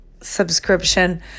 subscription